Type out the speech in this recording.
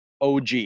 OG